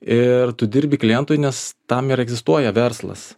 ir tu dirbi klientui nes tam ir egzistuoja verslas